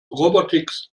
robotics